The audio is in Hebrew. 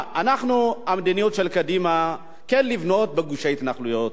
המדיניות של קדימה כן לבנות בגושי התנחלויות,